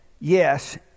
yes